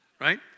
right